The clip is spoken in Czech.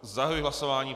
Zahajuji hlasování.